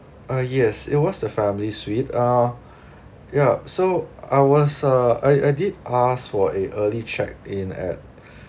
uh yes it was the family suite uh ya so I was uh I I did ask for a early check-in at